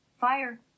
fire